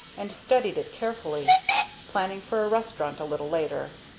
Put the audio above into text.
and studied it carefully planning for a restaurant a little later.